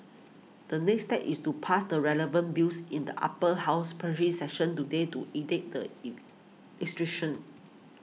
the next step is to pass the relevant Bills in the Upper House plenary session today to enact the